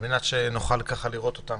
כדי שנוכל לראות מה